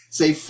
say